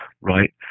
right